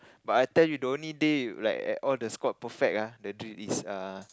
but I tell you the only day like all the score perfect ah the drill is err